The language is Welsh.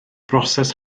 broses